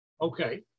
Okay